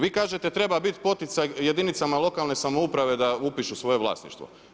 Vi kažete treba biti poticaj jedinicama lokalne samouprave da upišu svoje vlasništvo.